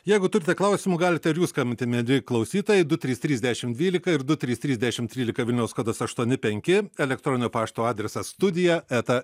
jeigu turite klausimų galite ir jūs skambinti mieli klausytojai du trys trys dešim dvylika du trys trys dešim trylika vilniaus kodas aštuoni penki elektroninio pašto adresas studija eta